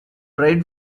pride